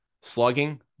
slugging